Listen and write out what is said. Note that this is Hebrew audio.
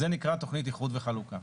זה נקרא "תכנית איחוד וחלוקה".